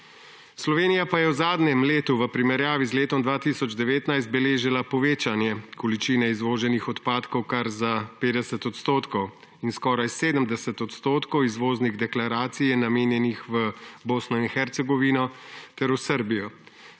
Slovenija pa je v zadnjem letu v primerjavi z letom 2019 beležila povečanje količine izvoženih odpadkov kar za 50 % in skoraj 70 % izvoznih deklaracij je namenjenih v Bosno in Hercegovino ter v Srbijo.